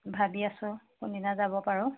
ভাবি আছোঁ কোনদিনা যাব পাৰোঁ